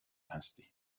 هستی